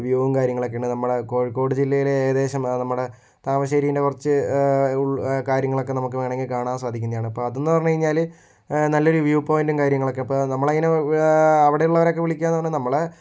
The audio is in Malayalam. വ്യൂയും കാര്യങ്ങളുമൊക്കെയാണ് നമ്മള് കോഴിക്കോട് ജില്ലയിലെ ഏകദേശം ഭാഗം നമ്മടെ താമരശ്ശേരിന്റെ കുറച്ചു കാര്യങ്ങളൊക്കെ നമുക്കു വേണമെങ്കിൽ കാണാൻ സാധിക്കുന്നതാണ് അപ്പോൾ അതെന്ന് പറഞ്ഞു കഴിഞ്ഞാല് നല്ലൊരു വ്യൂ പോയിന്റും കാര്യങ്ങളുമൊക്കെ അപ്പോൾ നമ്മൾ അതിനെ അവിടെയുള്ളവരെയോകെ വിളിക്കുക എന്ന പറഞ്ഞാല് നമ്മളെ